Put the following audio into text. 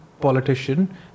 politician